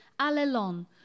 alelon